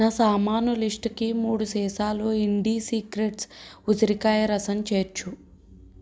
నా సామాను లిస్టుకి మూడు సీసాలు ఇండి సీక్రెట్స్ ఉసిరికాయ రసం చేర్చు